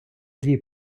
дві